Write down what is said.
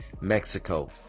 mexico